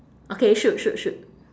okay shoot shoot shoot